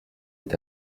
est